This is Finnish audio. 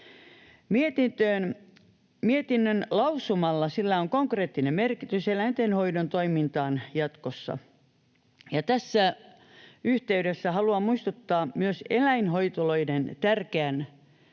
Mietinnön lausumalla on konkreettinen merkitys eläinten hoidon toimintaan jatkossa. Tässä yhteydessä haluan muistuttaa myös eläinhoitoloiden tärkeästä